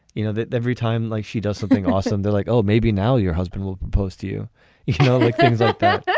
you know that every time like she does something awesome they're like oh maybe now your husband will propose to you you know like things like that.